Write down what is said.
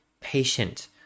patient